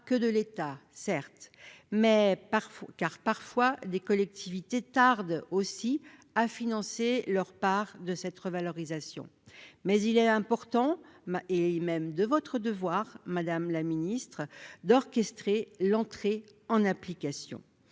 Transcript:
que de l'État, certaines collectivités tardant aussi à financer leur part de cette revalorisation, mais il est de votre devoir, madame la ministre, d'orchestrer l'entrée en application